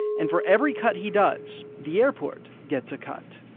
and for every cut he does, the airport gets a cut.